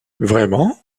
vraiment